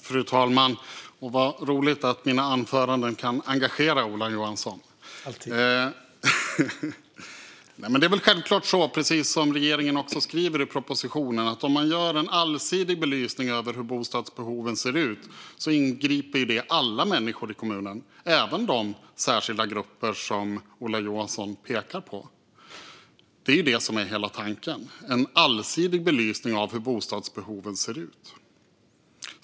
Fru talman! Vad roligt att mina anföranden kan engagera Ola Johansson! : Alltid!) Det är väl självklart så, precis som regeringen skriver i propositionen, att en allsidig belysning av hur bostadsbehoven ser ut inbegriper alla människor i kommunen - även de särskilda grupper som Ola Johansson pekar på. Det är det som är hela tanken: en allsidig belysning av hur bostadsbehoven ser ut.